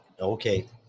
Okay